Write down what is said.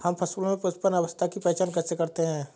हम फसलों में पुष्पन अवस्था की पहचान कैसे करते हैं?